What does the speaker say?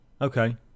Okay